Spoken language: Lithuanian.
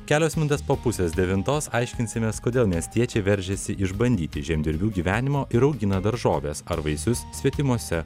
kelios minutės po pusės devintos aiškinsimės kodėl miestiečiai veržiasi išbandyti žemdirbių gyvenimo ir augina daržoves ar vaisius svetimuose